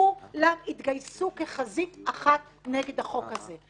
כולם התגייסו כחזית אחת נגד החוק הזה.